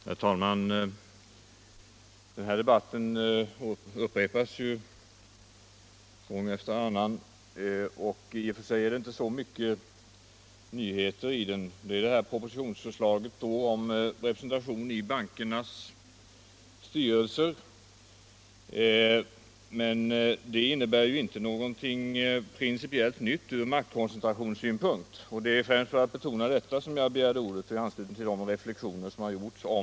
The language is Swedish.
Herr talman! Den här debatten upprepas ju gång efter annan, och i och för sig är det inte så mycket nyheter i den. Propositionsförslaget om representation i bankernas styrelser innebär ju inte någonting principiellt nytt ur maktkoncentrationssynpunkt, och det är främst för att betona detta som jag begärt ordet i anslutning till de reflexioner som gjorts om reservationen 6.